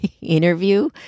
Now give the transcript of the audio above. interview